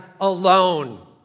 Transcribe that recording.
alone